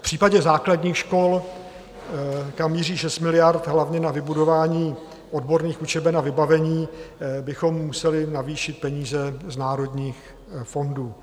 V případě základních škol, kam míří 6 miliard hlavně na vybudování odborných učeben a vybavení, bychom museli navýšit peníze z národních fondů.